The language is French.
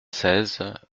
seize